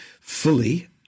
fully